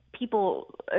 People